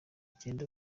cyenda